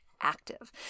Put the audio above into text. active